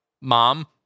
Mom